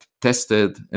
tested